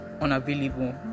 unavailable